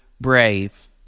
brave